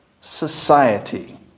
Society